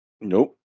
Nope